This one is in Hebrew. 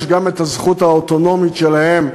יש גם הזכות האוטונומית שלהם,